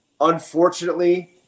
unfortunately